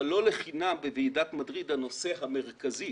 אבל לא סתם בוועידת מדריד הנושא המרכזי